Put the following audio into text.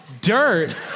dirt